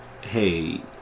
hey